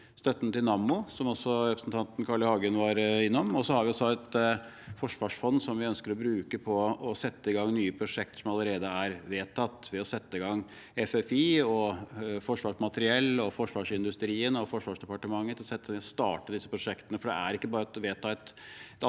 støtten til Nammo, som også representanten Carl I. Hagen var innom. Vi har også et forsvarsfond som vi ønsker å bruke på å sette i gang nye prosjekter som allerede er vedtatt, ved å sette i gang FFI, Forsvarsmateriell, forsvarsindustrien og Forsvarsdepartementet til å starte disse prosjektene. Det er ikke bare å vedta